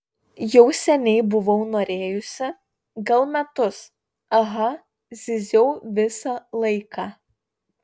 jau seniai buvau norėjusi gal metus aha zyziau visą laiką